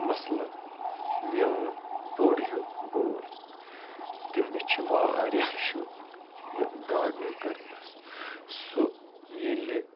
مثلاً میون بوٚڑ ہیوٗ بوے تٔمِس چھُ واریاہ شوق یہِ گاڈنِنٛگ کَرنَس سُہ ییٚلہِ